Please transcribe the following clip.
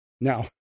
Now